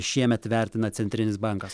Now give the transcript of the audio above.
šiemet vertina centrinis bankas